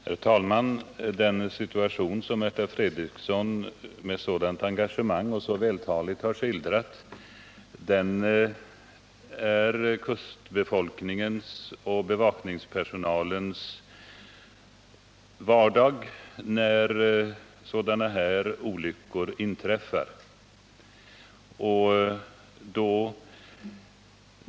Herr talman! Den situation som Märta Fredrikson med sådant engagemang och så vältaligt har skildrat är kustbevakningens och bevakningspersonalens vardag när sådana här olyckor inträffar.